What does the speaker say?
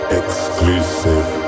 exclusive